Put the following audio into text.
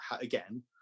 again